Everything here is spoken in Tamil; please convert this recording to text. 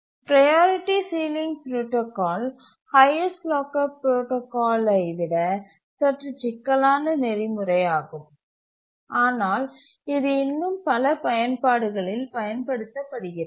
priority ceiling protocol highest locker protocol யை விட சற்று சிக்கலான நெறிமுறையாகும் ஆனால் இது இன்னும் பல பயன்பாடுகளில் பயன்படுத்தப்படுகிறது